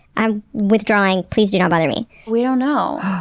i'm withdrawing, please do not bother me. we don't know.